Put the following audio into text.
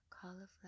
Cauliflower